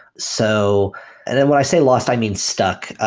so and then when i say lost, i mean stuck.